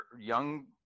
young